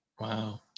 wow